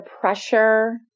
pressure